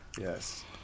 Yes